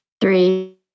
three